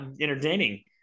entertaining